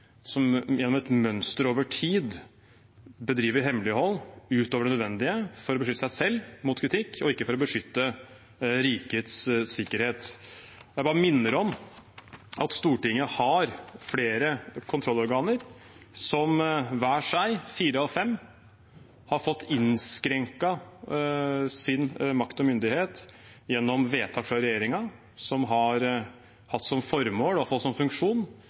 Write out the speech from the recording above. som gjennom et mønster over tid bedriver hemmelighold utover det nødvendige, for å beskytte seg selv mot kritikk og ikke for å beskytte rikets sikkerhet. Jeg bare minner om at Stortinget har flere kontrollorganer som hver seg, fire av fem, har fått innskrenket sin makt og myndighet gjennom vedtak fra regjeringen som har hatt som formål og fått som funksjon